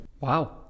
wow